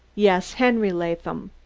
yes, henry latham.